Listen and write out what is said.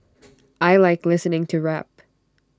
I Like listening to rap